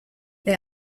they